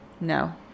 No